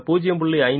இந்த 0